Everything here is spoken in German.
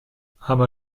arme